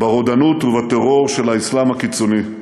ברודנות ובטרור של האסלאם הקיצוני.